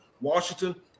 Washington